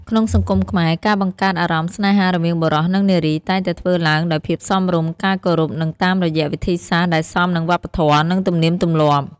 ក្នុងសង្គមខ្មែរ ការបង្កើតអារម្មណ៍ស្នេហារវាងបុរសនិងនារី តែងតែធ្វើឡើងដោយភាពសមរម្យ ការគោរព និងតាមរយៈវិធីសាស្ត្រដែលសមនឹងវប្បធម៍និងទំនៀមទំលាប់។